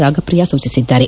ರಾಗಪ್ರಿಯಾ ಸೂಚಿಸಿದ್ದಾರೆ